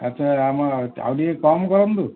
ଆଚ୍ଛା ଆମ ଆଉ ଟିକେ କମ୍ କରନ୍ତୁ